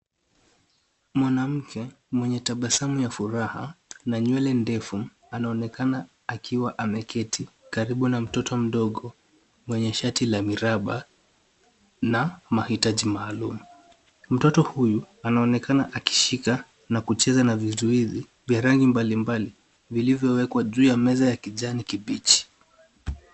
Mwanamke mwenye tabasamu ya furaha na nywele ndefu, anaonekana akiwa ameketi karibu na mtoto mdogo, mwenye shati la miraba na mahitaji maalum. Mtoto huyu anaonekana akishika na kucheza na vizuhizi vya rangi mbalimbali vilivyowekwa juu ya meza ya kijani kibichi.